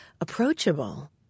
approachable